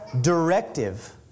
directive